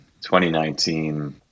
2019